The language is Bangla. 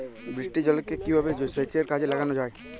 বৃষ্টির জলকে কিভাবে সেচের কাজে লাগানো য়ায়?